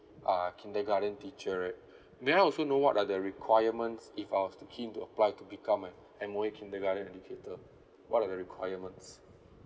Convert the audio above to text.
uh kindergarten teacher right may I also know what are the requirements if I was to keen to apply to become an M_O_E kindergarten educator what are the requirements